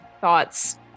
thoughts